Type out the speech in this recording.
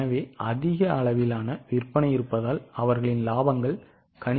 எனவே அதிக அளவு விற்பனை இருப்பதால் அவர்களின் இலாபங்கள் அதிகரிக்கும்